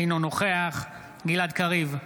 אינו נוכח גלעד קריב,